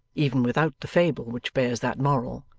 even without the fable which bears that moral,